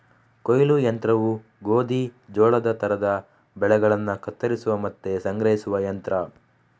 ಕೊಯ್ಲು ಯಂತ್ರವು ಗೋಧಿ, ಜೋಳದ ತರದ ಬೆಳೆಗಳನ್ನ ಕತ್ತರಿಸುವ ಮತ್ತೆ ಸಂಗ್ರಹಿಸುವ ಯಂತ್ರ